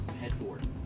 headboard